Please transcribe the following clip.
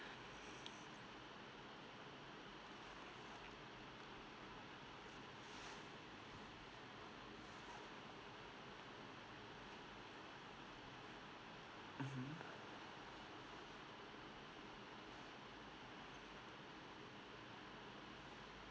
mmhmm